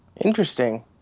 Interesting